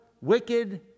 wicked